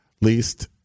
least